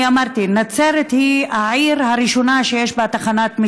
אני אמרתי: נצרת היא העיר הראשונה שיש בה תחנת משטרה.